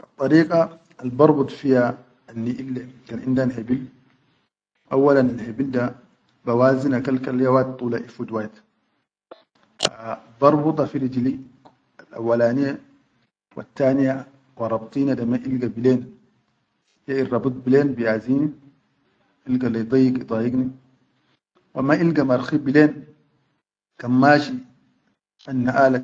Addariqa al bargud fiya al niʼille kan inda hebil auwalan hebil da da bawazini kal-kal ya wahid ifut wahid barguda fi rijili al auwalaniye wattaniya wa raktinada ma ilga bilen ya irrabut bilen bi azini bilga dayuk bi dayik ni wa ma ilga marhit bilen kan mashi an na.